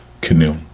canoe